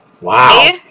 Wow